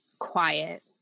quiet